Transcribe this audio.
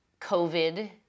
COVID